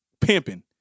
pimping